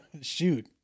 shoot